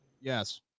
Yes